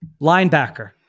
Linebacker